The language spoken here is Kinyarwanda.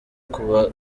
kuba